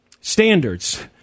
standards